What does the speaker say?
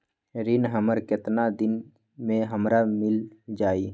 ऋण हमर केतना दिन मे हमरा मील जाई?